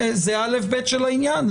זה אל"ף-בי"ת של העניין.